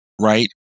Right